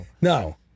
no